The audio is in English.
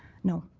no.